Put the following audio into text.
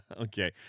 Okay